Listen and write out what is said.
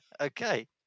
Okay